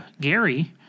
Gary –